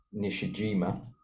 Nishijima